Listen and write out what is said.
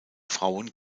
frauen